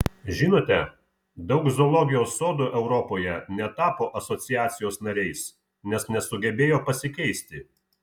žinote daug zoologijos sodų europoje netapo asociacijos nariais nes nesugebėjo pasikeisti